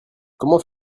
comment